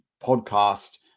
podcast